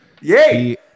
Yay